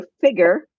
figure